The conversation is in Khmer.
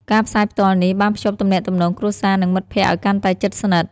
ការផ្សាយផ្ទាល់នេះបានភ្ជាប់ទំនាក់ទំនងគ្រួសារនិងមិត្តភក្តិឱ្យកាន់តែជិតស្និទ្ធ។